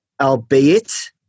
Albeit